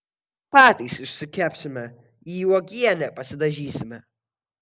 patys išsikepsime į uogienę pasidažysime